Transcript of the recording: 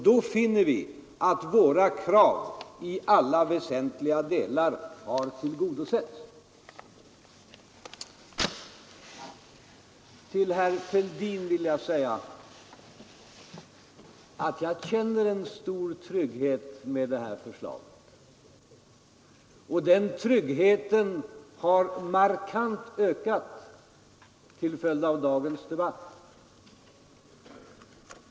Då finner vi, att våra krav i alla väsentliga delar har tillgodosetts. Till herr Fälldin vill jag säga, att jag känner en stor trygghet med det här förslaget. Denna trygghet har markant ökat till följd av dagens debatt.